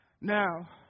Now